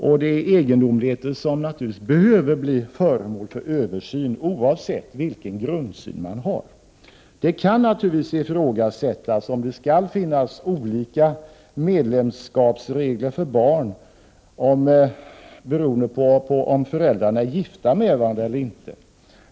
Det är egendomligheter som naturligtvis behöver bli föremål för översyn oavsett vilken grundinställning man har. Det kan naturligtvis ifrågasättas om det skall finnas olika medlemskapsregler för barn, beroende på om föräldrarna är gifta med varandra eller inte.